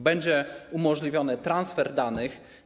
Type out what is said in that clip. Będzie umożliwiony transfer danych.